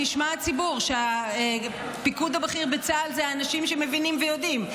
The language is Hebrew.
שישמע הציבור שהפיקוד הבכיר בצה"ל הם אנשים שמבינים ויודעים.